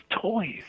toys